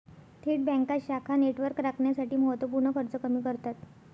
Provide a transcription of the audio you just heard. थेट बँका शाखा नेटवर्क राखण्यासाठी महत्त्व पूर्ण खर्च कमी करतात